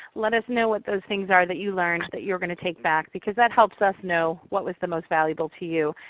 let us know what those things are that you learned that you are going to take back, because that helps us know what was the most valuable to you.